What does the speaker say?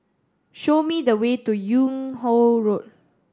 show me the way to Yung Ho Road